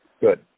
Good